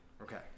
Okay